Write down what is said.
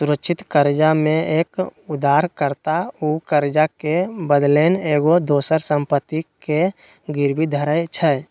सुरक्षित करजा में एक उद्धार कर्ता उ करजा के बदलैन एगो दोसर संपत्ति के गिरवी धरइ छइ